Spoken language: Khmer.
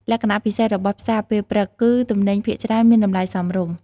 លក្ខណៈពិសេសរបស់ផ្សារពេលព្រឹក គឺទំនិញភាគច្រើនមានតម្លៃសមរម្យ។